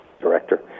director